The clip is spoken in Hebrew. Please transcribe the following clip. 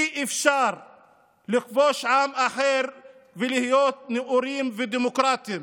אי-אפשר לכבוש עם אחר ולהיות נאורים ודמוקרטיים.